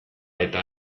eta